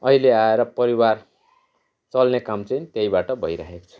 अहिले आएर परिवार चल्ने काम चाहिँ त्यहीँबाट भइराखेको छ